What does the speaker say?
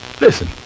Listen